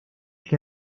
que